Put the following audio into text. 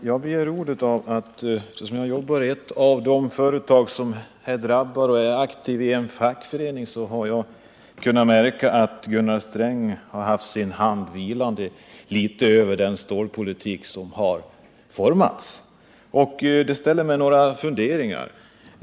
Herr talman! Jag begärde ordet, eftersom jag jobbar i ett av de företag som här drabbas. Eftersom jag är aktiv i en fackförening där, har jag kunnat märka att Gunnar Sträng har haft sin hand vilande över den stålpolitik som formats. Det ger mig anledning till några funderingar.